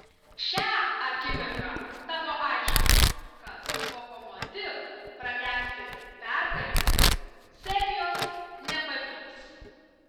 šią akimirką tapo aišku kad lokomotiv pratęsti pergalingos serijos nepavyks